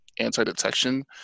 anti-detection